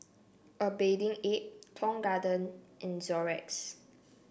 A Bathing Ape Tong Garden and Xorex